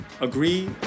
agree